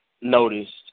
noticed